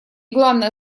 главная